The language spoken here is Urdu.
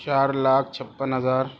چار لاکھ چھپن ہزار